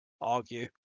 argue